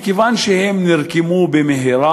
מכיוון שהם נרקמו במהרה,